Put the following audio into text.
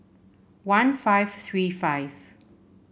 one five three five